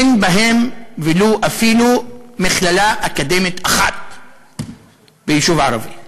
אין בהן אפילו מכללה אקדמית אחת ביישוב ערבי.